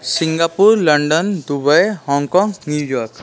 Singapore London Dubai Hong Kong New York